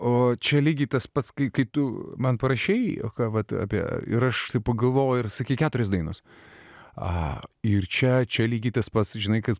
o čia lygiai tas pats kai tu man parašei o ką vat apie ir aš pagalvojau ir sakyk keturios dainos a ir čia čia lygiai tas pats žinai kad